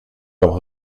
leur